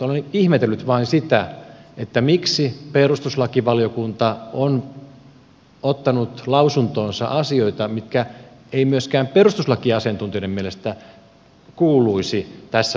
olen ihmetellyt vain sitä miksi perustuslakivaliokunta on ottanut lausuntoonsa asioita mitkä eivät myöskään perustuslakiasiantuntijoiden mielestä kuuluisi tässä vaiheessa perustuslakivaliokunnalle